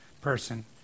person